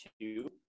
two